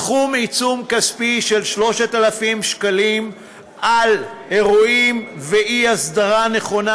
סכום עיצום כספי של 3,000 שקלים על אירועים ואי-הסדרה נכונה